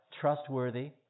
trustworthy